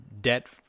debt